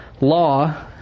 Law